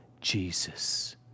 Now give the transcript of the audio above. Jesus